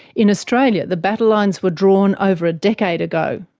in australia, the battlelines were drawn over a decade ago.